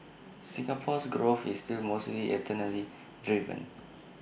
Singapore's growth is still mostly externally driven